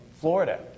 Florida